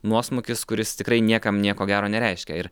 nuosmukis kuris tikrai niekam nieko gero nereiškia ir